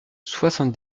soixante